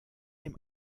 dem